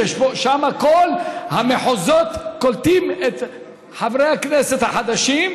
ששם כל המחוזות קולטים את חברי הכנסת החדשים,